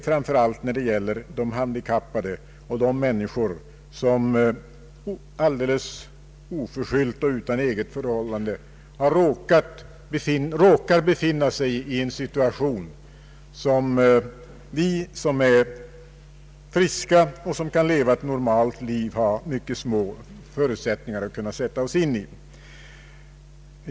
Framför allt gäller detta de handikappade och de människor som alldeles oförskyllt och utan eget förvållande råkar befinna sig i en situation, som vi som är friska och kan leva ett normalt liv har mycket små förutsättningar att kunna sätta oss in i.